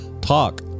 talk